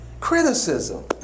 Criticism